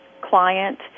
client